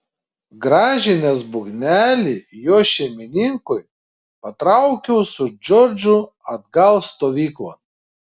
grąžinęs būgnelį jo šeimininkui patraukiau su džordžu atgal stovyklon